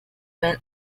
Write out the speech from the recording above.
fell